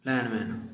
lineman